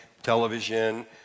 television